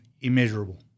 immeasurable